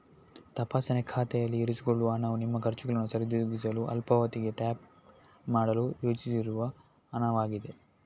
ತಪಾಸಣೆ ಖಾತೆಯಲ್ಲಿ ಇರಿಸಿಕೊಳ್ಳುವ ಹಣವು ನಿಮ್ಮ ಖರ್ಚುಗಳನ್ನು ಸರಿದೂಗಿಸಲು ಅಲ್ಪಾವಧಿಗೆ ಟ್ಯಾಪ್ ಮಾಡಲು ಯೋಜಿಸಿರುವ ಹಣವಾಗಿದೆ